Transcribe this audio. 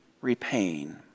repaying